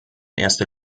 erster